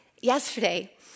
yesterday